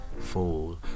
fall